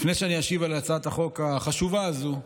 לפני שאני אשיב על הצעת החוק החשובה הזו,